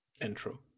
intro